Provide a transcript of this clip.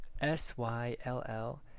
S-Y-L-L